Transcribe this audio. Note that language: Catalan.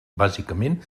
bàsicament